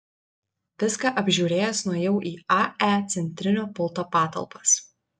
viską apžiūrėjęs nuėjau į ae centrinio pulto patalpas